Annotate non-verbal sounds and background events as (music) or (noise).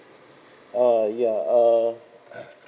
uh ya err (noise)